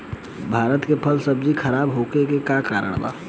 भारत में फल सब्जी खराब होखे के का कारण बा?